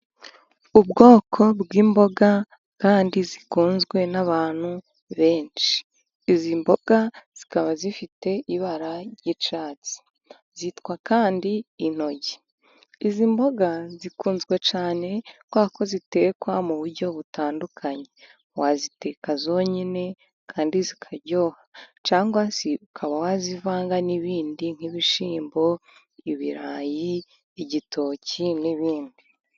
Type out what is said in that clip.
Ubwoko bw'imboga kandi zikunzwe n'abantu benshi. Izi mboga zikaba zifite ibara ry'icatsi, zitwa kandi intoryi. Izi mboga zikunzwe cyane kubera ko zitekwa mu buryo butandukanye. Waziteka zonyine kandi zikaryoha, cyangwa se ukaba wazivanga n'ibindi nk'ibishyimbo, ibirayi, igitoki n'ibindi.